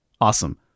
awesome